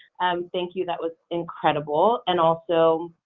thank you that was incredible. and also,